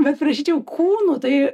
bet prašyčiau kūnu tai